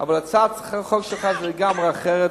אבל הצעת החוק שלך לגמרי אחרת,